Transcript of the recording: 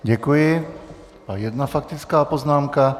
Děkuji, to je jedna faktická poznámka.